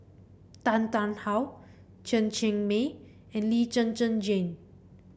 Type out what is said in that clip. Tan Tarn How Chen Cheng Mei and Lee Zhen Zhen Jane